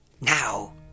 now